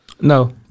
no